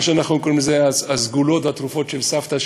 מה שאנחנו קוראים לו הסגולות והתרופות של סבתא,